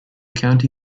county